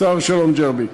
שר-שלום ג'רבי.